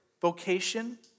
vocation